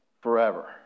forever